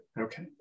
okay